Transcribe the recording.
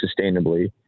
sustainably